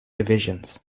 divisions